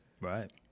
right